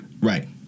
Right